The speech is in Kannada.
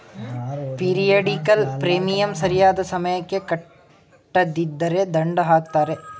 ಪೀರಿಯಡಿಕಲ್ ಪ್ರೀಮಿಯಂ ಸರಿಯಾದ ಸಮಯಕ್ಕೆ ಕಟ್ಟದಿದ್ದರೆ ದಂಡ ಹಾಕ್ತರೆ